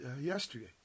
yesterday